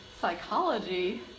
psychology